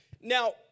Now